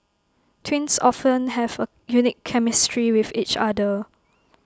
twins often have A unique chemistry with each other